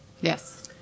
yes